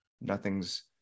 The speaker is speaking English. nothing's